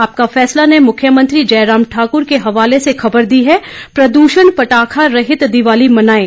आपका फैसला ने मुख्यमंत्री जयराम ठाक्र के हवाले से खबर दी है प्रद्षण पटाखा रहित दिवाली मनाएं